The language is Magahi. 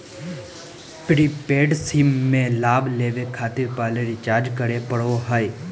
प्रीपेड सिम में लाभ लेबे खातिर पहले रिचार्ज करे पड़ो हइ